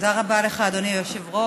תודה רבה לך, אדוני היושב-ראש.